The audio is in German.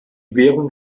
währung